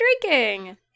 drinking